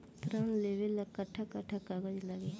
ऋण लेवेला कट्ठा कट्ठा कागज लागी?